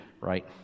right